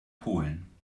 polen